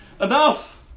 Enough